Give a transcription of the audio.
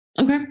Okay